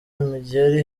imigeri